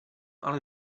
ale